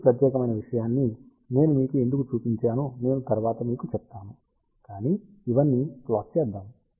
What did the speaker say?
ఈ ప్రత్యేకమైన విషయాన్ని నేను మీకు ఎందుకు చూపించానో నేను తరువాత మీకు చెప్తాను కాని ఇవన్నీ ప్లాట్ చేద్దాం